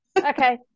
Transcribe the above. Okay